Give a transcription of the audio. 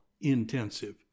intensive